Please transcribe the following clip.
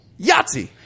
Yahtzee